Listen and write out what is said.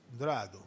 Drago